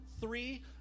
three